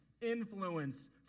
influence